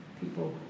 people